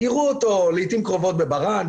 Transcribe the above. יראו אותו לעתים קרובות בברה"ן,